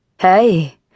Hey